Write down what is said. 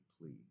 please